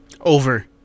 Over